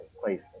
place